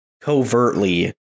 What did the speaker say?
covertly